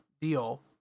deal